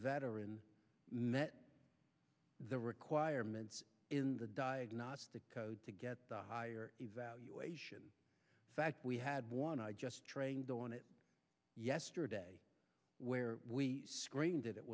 veterans met the requirements in the diagnostic code to get the higher evaluation fact we had one i just trained on it yesterday where we scre